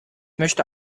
möchte